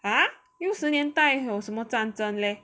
!huh! 六十年代有什么战争 leh